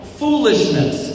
foolishness